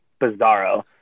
bizarro